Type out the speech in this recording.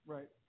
Right